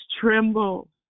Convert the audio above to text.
tremble